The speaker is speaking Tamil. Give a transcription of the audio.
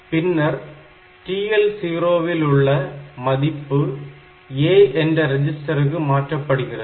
பின்னர் TL0 வில் உள்ள மதிப்பு A என்ற ரெஜிஸ்டருக்கு மாற்றப்படுகிறது